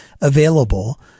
available